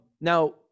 Now